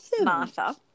Martha